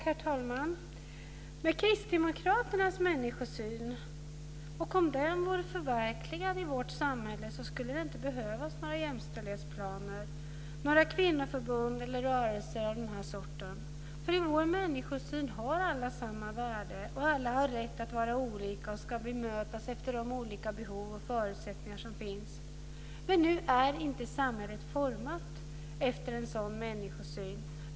Herr talman! Om Kristdemokraternas människosyn vore förverkligad i vårt samhälle skulle det inte behövas några jämställdhetsplaner, några kvinnoförbund eller rörelser av den här sorten. I vår människosyn har alla samma värde, och alla har rätt att vara olika och ska bemötas efter de olika behov och förutsättningar som finns. Men nu är inte samhället format efter en sådan människosyn.